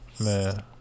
man